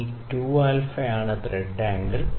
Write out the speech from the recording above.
ഈ 2 thread angle ആണ്